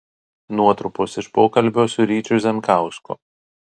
nuotrupos iš pokalbio su ryčiu zemkausku